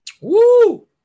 Woo